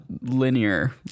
linear